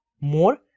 more